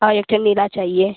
औ एक ठे नीला चाहिए